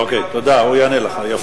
אוקיי, תודה, יפה.